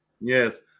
Yes